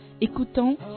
écoutons